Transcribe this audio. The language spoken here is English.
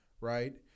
right